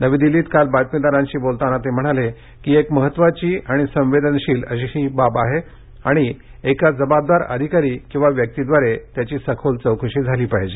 नवी दिल्लीत काल बातमीदारांशी बोलताना ते म्हणाले की ही एक महत्वाची आणि संवेदनशील बाब आहे आणि एका जबाबदार अधिकारी किंवा व्यक्तिद्वारे याची सखोल चौकशी झाली पाहिजे